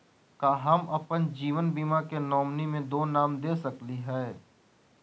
का हम अप्पन जीवन बीमा के नॉमिनी में दो नाम दे सकली हई?